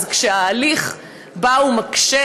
אז כשההליך בא ומקשה,